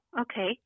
okay